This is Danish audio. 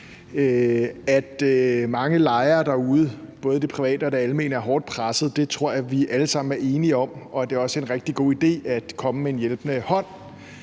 At mange lejere derude, både i det private og i det almene, er hårdt presset, tror jeg vi alle sammen er enige om, og at det også er en rigtig god idé at komme med en hjælpende hånd.